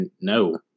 no